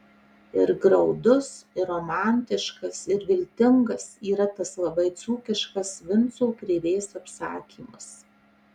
ir graudus ir romantiškas ir viltingas yra tas labai dzūkiškas vinco krėvės apsakymas